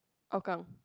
Hougang